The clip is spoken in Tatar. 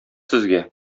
сезгә